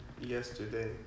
yesterday